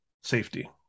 safety